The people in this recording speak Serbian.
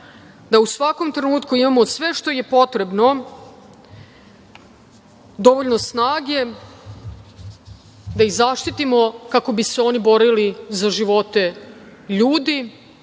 da u svakom trenutku imamo sve što je potrebno, dovoljno snage, da ih zaštitimo, kako bi se oni borili za živote ljudi,